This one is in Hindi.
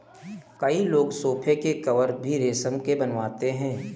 कई लोग सोफ़े के कवर भी रेशम के बनवाते हैं